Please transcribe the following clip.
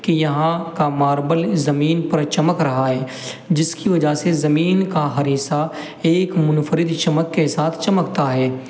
کہ یہاں کا ماربل زمین پر چمک رہا ہے جس کی وجہ سے زمین کا ہر حصہ ایک منفرد چمک کے ساتھ چمکتا ہے